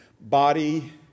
body